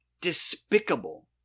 despicable